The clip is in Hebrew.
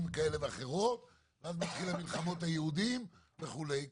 כאלה ואחרות ואז מתחילות מלחמות היהודים וכולי.